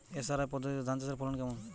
SRI পদ্ধতিতে ধান চাষের ফলন কেমন?